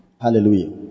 hallelujah